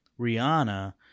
rihanna